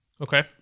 Okay